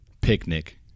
picnic